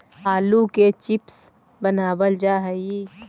आलू के चिप्स बनावल जा हइ